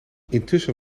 intussen